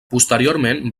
posteriorment